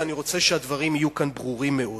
ואני רוצה שהדברים כאן יהיו ברורים מאוד: